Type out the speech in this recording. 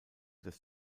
des